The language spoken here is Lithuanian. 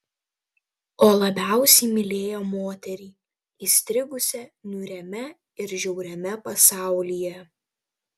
o labiausiai mylėjo moterį įstrigusią niūriame ir žiauriame pasaulyje